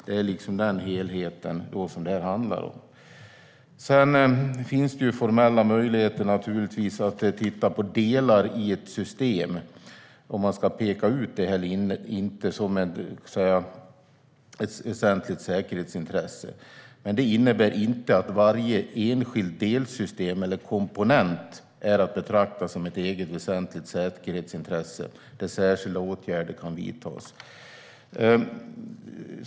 Det är den helheten som det handlar om. Det finns naturligtvis formella möjligheter att titta på delar i ett system. Frågan är om man ska peka ut dem som ett väsentligt säkerhetsintresse eller inte. Men det innebär inte att varje enskilt delsystem eller enskild komponent är att betrakta som ett eget väsentligt säkerhetsintresse där särskilda åtgärder kan vidtas.